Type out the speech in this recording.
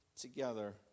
together